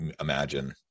imagine